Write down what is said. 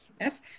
Yes